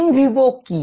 in vivo কি